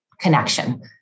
connection